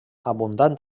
abundant